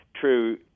true